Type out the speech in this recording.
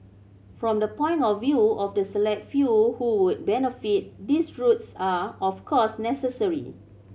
from the point of view of the select few who would benefit these routes are of course necessary